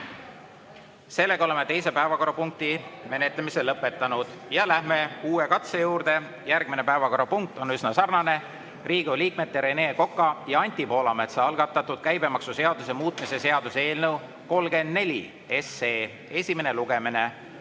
välja. Oleme teise päevakorrapunkti menetlemise lõpetanud. Läheme uue katse juurde. Järgmine päevakorrapunkt on üsna sarnane: Riigikogu liikmete Rene Koka ja Anti Poolametsa algatatud käibemaksuseaduse muutmise seaduse eelnõu 34 esimene lugemine.